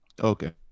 Okay